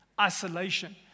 isolation